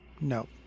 No